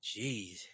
Jeez